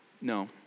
No